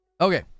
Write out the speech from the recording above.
Okay